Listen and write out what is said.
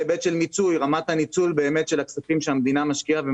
בהיבט של רמת הניצול של הכספים שהמדינה משקיעה.